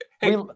Hey